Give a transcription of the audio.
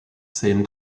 same